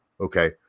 okay